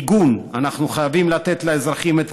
מיגון: אנחנו חייבים לתת לאזרחים את